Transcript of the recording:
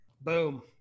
boom